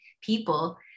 people